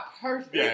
perfect